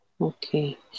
Okay